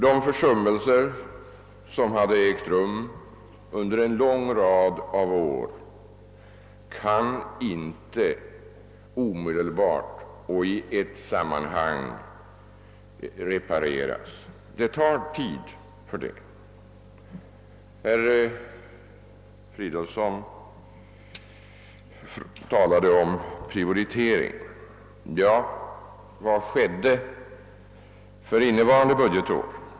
De försummelser som har gjorts under en lång rad av år kan inte omedelbart och i ett sammanhang repareras. Det krävs tid för det. Herr Fridolfsson i Stockholm talade om prioritering. Ja, vad skedde för innevarande budgetår?